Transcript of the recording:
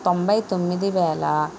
తొంభై తొమ్మిది వేల